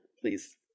please